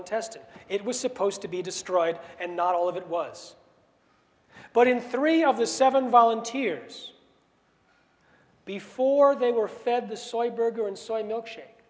intestine it was supposed to be destroyed and not all of it was but in three of the seven volunteers before they were fed the soy burger and soy milkshake